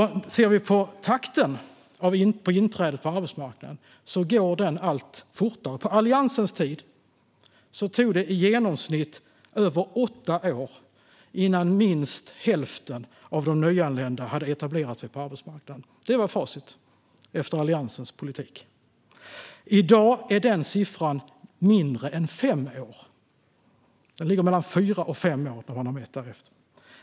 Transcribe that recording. Vad gäller takten för inträdet på arbetsmarknaden går det allt fortare. På Alliansens tid tog det i genomsnitt över åtta år innan minst hälften av nyanlända hade etablerat sig på arbetsmarknaden. Det var facit efter Alliansens politik. I dag är den siffran mindre än fem år - den ligger mellan fyra och fem år.